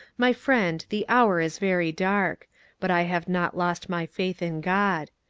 my friend, the hour is very dark but i have not lost my faith in god.